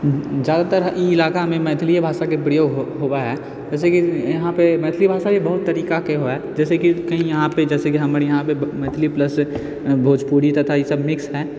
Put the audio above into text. जादातर ई इलाकामे मैथिलिये भाषाके प्रयोग होबऽ है जैसे कि यहाँपर मैथिली भाषा भी बहुत तरीकाके है जैसे कि कही यहाँ पर जैसे कि हमर यहाँ पर मैथिली प्लस भोजपूरी तथा ईसब मिक्स है